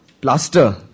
plaster